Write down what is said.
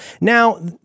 Now